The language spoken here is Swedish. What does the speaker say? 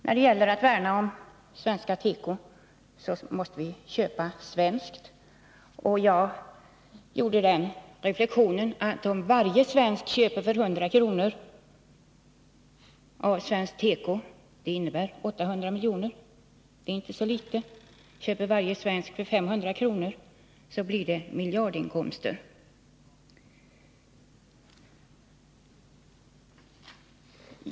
När det gäller att värna om Gen svenska tekoindustrin måste vi köpa svenskt, och jag gjorde den reflektionen att om varje svensk köper för 100 kr. av svensk teko innebär det 800 milj.kr. Det är inte så litet. Köper varje svensk för 500 kr. blir det miljardinkomster.